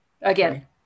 Again